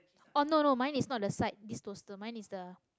oh no no mine is not the side this toaster mine is the